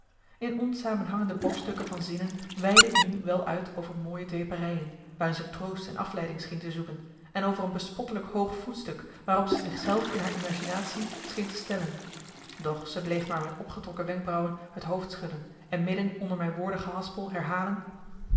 in onsamenhangende brokstukken van zinnen weidde ik nu wel uit over mooie dweperijen waarin ze troost en afleiding scheen te zoeken en over een bespottelijk hoog voetstuk waarop ze zich zelf in haar imaginatie scheen te stellen doch ze bleef maar met opgetrokken wenkbrauwen het hoofd schudden en midden onder mijn woordengehaspel herhalen